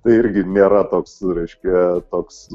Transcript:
tai irgi nėra toks reiškia toks